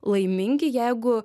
laimingi jeigu